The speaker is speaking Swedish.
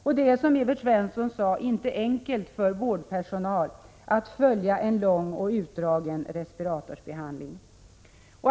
Det är, som Evert Svensson sade, inte heller enkelt för vårdpersonal att följa en lång och utdragen respiratorsbehandling.